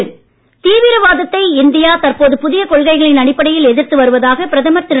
மோடி மாநாடு தீவரவாதத்தை இந்தியா தற்போது புதிய கொள்கைகளின் அடிப்படையில் எதிர்த்து வருவதாக பிரதமர் திரு